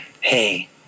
Hey